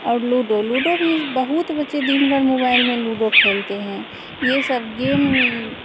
और ludo ludo भी बहुत बच्चे दिनभर मोबाइल में लूडो खेलते हैं ये सब गेम